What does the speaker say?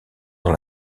dans